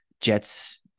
jets